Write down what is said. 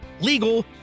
legal